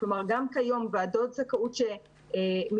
כלומר גם היום ועדות זכאות שמתקיימות,